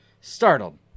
Startled